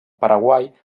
paraguai